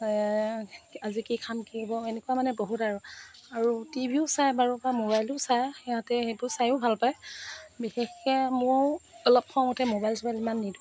আজি কি খাম কি বওঁ এনেকুৱা মানে বহুত আৰু টি ভিও চায় বাৰু বা মোবাইলো চায় সিহঁতে সেইবোৰ চায়ো ভাল পায় বিশেষকৈ মোৰ অলপ খং উঠে মোবাইল চোবাইল ইমান নিদিওঁ